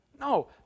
No